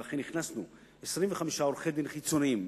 אכן הכנסנו 25 עורכי-דין חיצוניים,